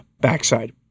backside